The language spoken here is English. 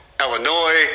Illinois